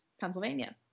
Pennsylvania